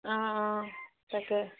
অঁ অঁ তাকে